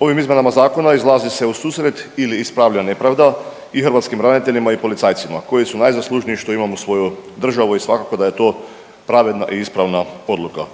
Ovim izmjenama zakona izlazi se u susret ili ispravlja nepravda i hrvatskim braniteljima i policajcima koji su najzaslužniji što imamo svoju državu i svakako da je to pravedna i ispravna odluka.